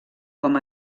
com